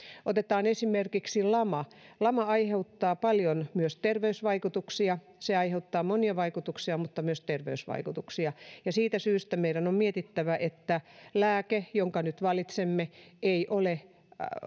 otetaan esimerkiksi lama lama aiheuttaa paljon myös terveysvaikutuksia se aiheuttaa monia vaikutuksia mutta myös terveysvaikutuksia siitä syystä meidän on mietittävä että lääke jonka nyt valitsemme ei ole